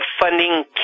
funding